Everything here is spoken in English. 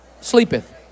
sleepeth